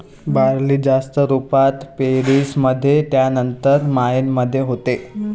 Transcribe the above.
barley जास्त रुपात Paris मध्ये त्यानंतर मायेन मध्ये होते